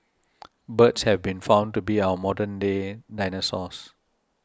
birds have been found to be our modern day dinosaurs